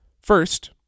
First